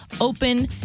open